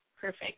Perfect